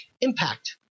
impact